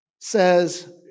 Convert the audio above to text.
says